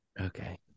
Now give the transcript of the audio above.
Okay